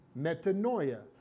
Metanoia